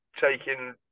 taking